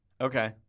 Okay